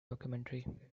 documentary